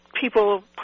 people